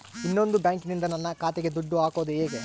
ಇನ್ನೊಂದು ಬ್ಯಾಂಕಿನಿಂದ ನನ್ನ ಖಾತೆಗೆ ದುಡ್ಡು ಹಾಕೋದು ಹೇಗೆ?